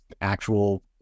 actual